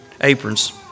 aprons